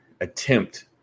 attempt